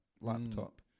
laptop